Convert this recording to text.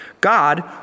God